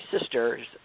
sisters